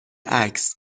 عکس